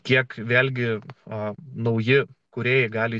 kiek vėlgi o nauji kūrėjai gali